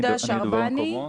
יהודה שרבאני,